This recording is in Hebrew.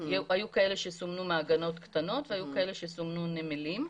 היו כאלה שסומנו מעגנות קטנות והיו כאלה שסומנו נמלים.